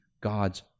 God's